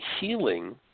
healing